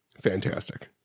Fantastic